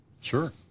Sure